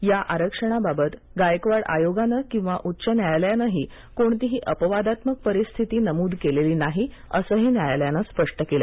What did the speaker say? या आरक्षणाबाबत गायकवाड आयोगानं किंवा उच्च न्यायालयानंही कोणतीही अपवादात्मक परिस्थिती नमूद केलेली नाहीअसंही न्यायालयानं स्पष्ट केलं